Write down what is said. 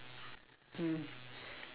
mm